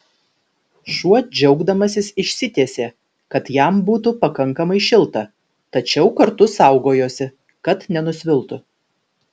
šuo džiaugdamasis išsitiesė kad jam būtų pakankamai šilta tačiau kartu saugojosi kad nenusviltų